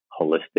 holistic